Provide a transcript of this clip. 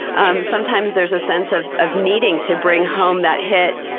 um sometimes there's a sense of of needing to bring home that hit,